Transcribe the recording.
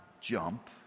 Jump